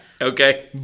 Okay